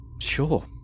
sure